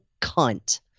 cunt